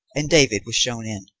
and david was shown in.